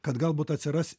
kad galbūt atsiras